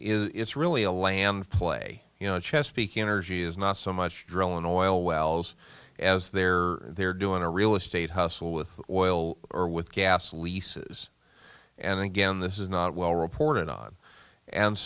it's really a lamb play you know chesapeake energy is not so much drilling oil wells as there they're doing a real estate hustle with oil or with gas leases and again this is not well reported on and